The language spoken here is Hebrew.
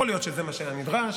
יכול להיות שזה מה שהיה נדרש,